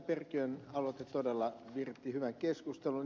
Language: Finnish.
perkiön aloite todella viritti hyvän keskustelun